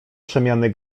przemiany